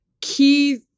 key